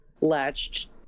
latched